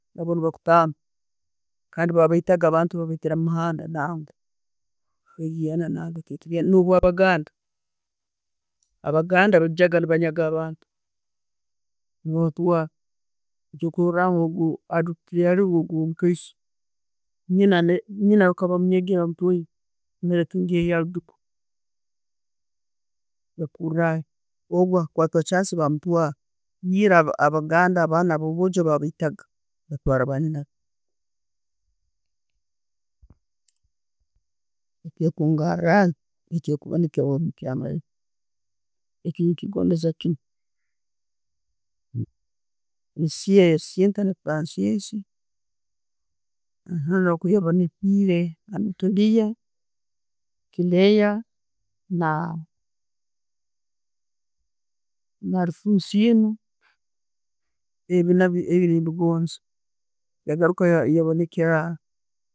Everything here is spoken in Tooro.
Baba ne'bakutanga, kandi baitaga abantu babaitiraga omumuhanda. Nubwo abaganda, baijaga nebanyaga abantu kyokuroraho, ogwo haroho aliwobukaiso, nyine bababa bamunyagire bamutwaire. Ogwo akatunga chance bamutwara. Era abaganda, abaana babwoojo babaita ga Echikungarayo Clare na halifonsiyano, ebyo nembigonza.